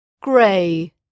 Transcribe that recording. gray